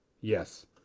Yes